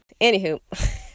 Anywho